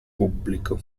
pubblico